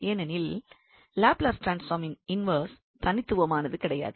ஏனெனில் லாப்லஸ் ட்ரான்ஸ்பார்மின் இன்வெர்ஸ் தனித்துவமானது கிடையாது